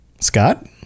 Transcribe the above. Scott